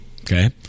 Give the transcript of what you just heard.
okay